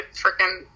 freaking